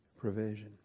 provision